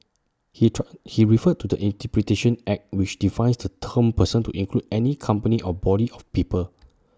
he try he referred to the interpretation act which defines the term person to include any company or body of people